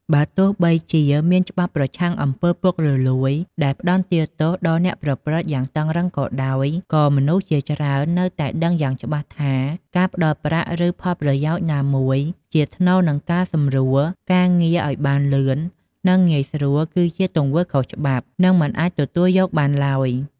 បើទោះបីជាមានច្បាប់ប្រឆាំងអំពើពុករលួយដែលផ្ដន្ទាទោសដល់អ្នកប្រព្រឹត្តយ៉ាងតឹងរ៉ឹងក៏ដោយ ក៏មនុស្សជាច្រើននៅតែដឹងយ៉ាងច្បាស់ថា ការផ្ដល់ប្រាក់ ឬផលប្រយោជន៍ណាមួយជាថ្នូរនឹងការសម្រួលការងារឲ្យបានលឿន និងងាយស្រួល គឺជាទង្វើខុសច្បាប់ និងមិនអាចទទួលយកបានឡើយ។